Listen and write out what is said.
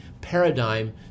paradigm